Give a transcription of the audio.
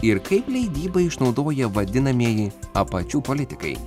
ir kaip leidybą išnaudoja vadinamieji apačių politikai